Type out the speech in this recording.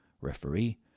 Referee